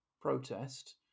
protest